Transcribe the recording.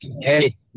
Hey